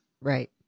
Right